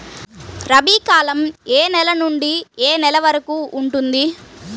రబీ కాలం ఏ నెల నుండి ఏ నెల వరకు ఉంటుంది?